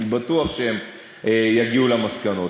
אני בטוח שהם יגיעו למסקנות.